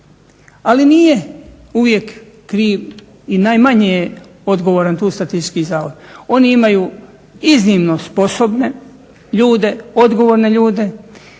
Ali nije uvijek kriv i najmanje je odgovoran tu Statistički zavod. Oni imaju iznimno sposobne ljude, odgovorne ljude